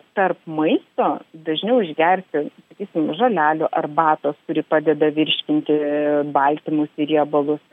tarp maisto dažniau išgerti sakysim žolelių arbatos kuri padeda virškinti baltymus ir riebalus